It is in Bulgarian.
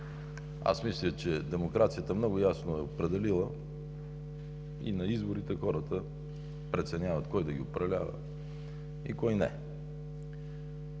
Мисля, че демокрацията много ясно е определила и на изборите хората преценяват кой да ги управлява и кой не,